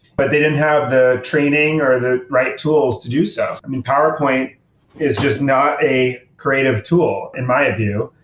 but they didn't have the training, or the right tools to do so. i mean, powerpoint is just not a creative tool in my view.